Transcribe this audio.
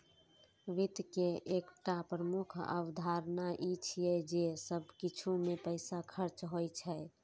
वित्त के एकटा प्रमुख अवधारणा ई छियै जे सब किछु मे पैसा खर्च होइ छै